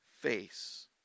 face